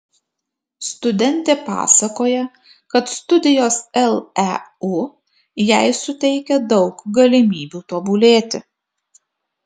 studentė pasakoja kad studijos leu jai suteikia daug galimybių tobulėti